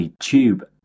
tube